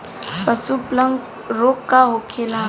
पशु प्लग रोग का होखेला?